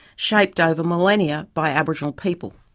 shaped over millennia by aboriginal people.